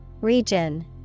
Region